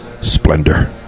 splendor